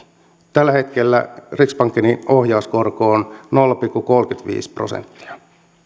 tällä hetkellä riksbankenin ohjauskorko on nolla pilkku kolmekymmentäviisi prosenttia